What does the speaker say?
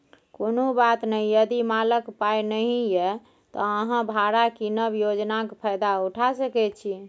कुनु बात नहि यदि मालक पाइ नहि यै त अहाँ भाड़ा कीनब योजनाक फायदा उठा सकै छी